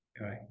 right